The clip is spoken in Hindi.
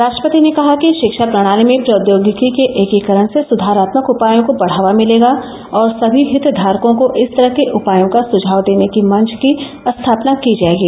राष्ट्रपति ने कहा कि शिक्षा प्रणाली में प्रौद्योगिकी के एकीकरण से सुधारात्मक उपायों को बढ़ावा मिलेगा और समी हितधारकों को इस तरह के उपायों का सुझाव देने की मंच की स्थापना की जाएगी